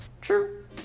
true